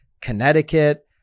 connecticut